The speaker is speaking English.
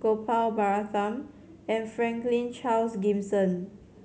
Gopal Baratham and Franklin Charles Gimson